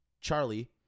charlie